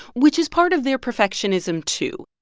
which is part of their perfectionism, too.